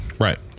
Right